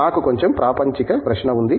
నాకు కొంచెం ప్రాపంచిక ప్రశ్న ఉంది